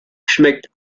schmeckt